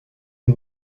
une